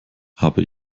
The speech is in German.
habe